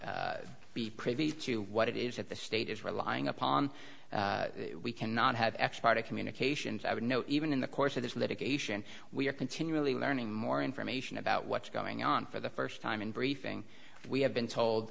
to be privy to what it is that the state is relying upon we cannot have x part of communications i would know even in the course of this litigation we are continually learning more information about what's going on for the first time in briefing we have been told